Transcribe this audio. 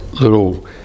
little